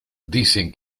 dicen